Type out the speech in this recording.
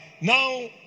now